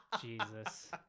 Jesus